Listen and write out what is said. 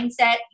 mindset